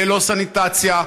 ללא סניטציה,